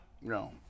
No